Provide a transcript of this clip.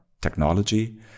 technology